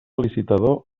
licitador